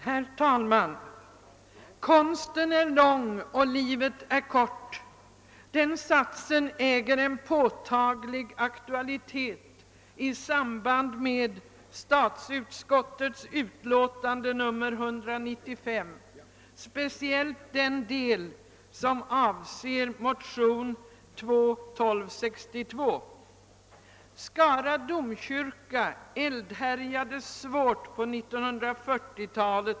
Herr talman! Konsten är lång och livet är kort — den satsen äger en påtaglig aktualitet i samband med stalsutskottets utlåtande nr 195, speciellt den del som avser motion II: 1262. Skara domkyrka eldhärjades svårt på 1940-talet.